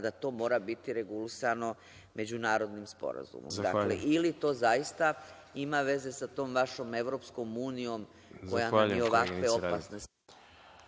da to mora biti regulisano međunarodnim sporazumom. Ili to zaista ima veze sa tom vašom EU koja nam ovakve opasne